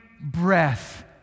breath